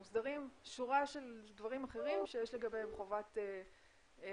מוסדרים שורה של דברים אחרים שיש בהם חובת נגישות